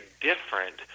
different